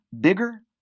bigger